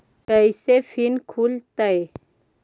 कैसे फिन खुल तय?